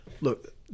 Look